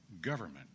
government